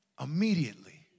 immediately